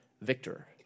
victor